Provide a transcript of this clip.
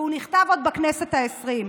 והוא נכתב עוד בכנסת העשרים.